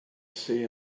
see